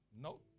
No